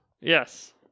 Yes